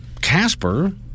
Casper